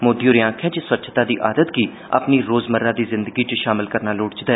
मोदी होरें आक्खेआ जे स्वच्छता दी आदत गी अपनी रोजमर्रा दी जिंदगी च शामल करना लोड़चदा